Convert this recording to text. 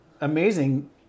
amazing